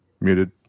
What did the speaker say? Muted